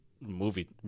movie